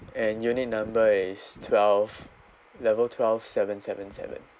and unit number is twelve level twelve seven seven seven